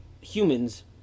humans